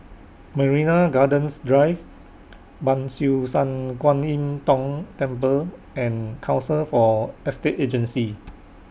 Marina Gardens Drive Ban Siew San Kuan Im Tng Temple and Council For Estate Agencies